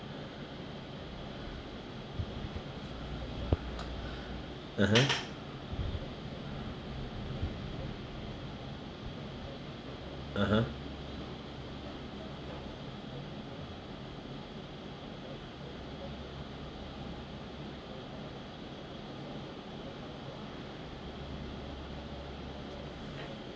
(uh huh) (uh huh)